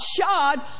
shod